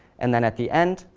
and then, at the end,